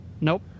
Nope